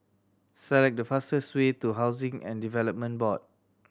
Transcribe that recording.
select the fastest way to Housing and Development Board